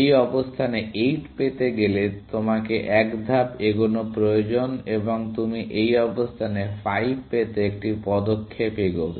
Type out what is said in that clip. এই অবস্থানে 8 পেতে গেলে তোমাকে এক ধাপ এগোনো প্রয়োজন এবং তুমি এই অবস্থানে 5 পেতে একটি পদক্ষেপ এগোবে